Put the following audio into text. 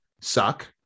suck